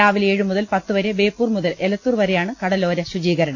രാവിലെ ഏഴ് മുതൽ പത്ത് വരെ ബേപ്പൂർ മുതൽ എലത്തൂർ വരെയാണ് കടലോര ശുചീകര ണം